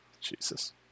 Jesus